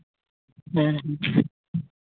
ᱦᱮᱸ